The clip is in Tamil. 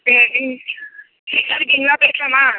சரி ஃப்ரீயாக இருக்கீங்களா பேசலாமா